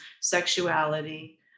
sexuality